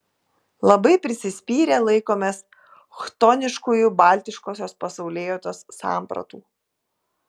labai prisispyrę laikomės chtoniškųjų baltiškosios pasaulėjautos sampratų